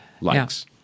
likes